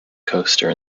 coaster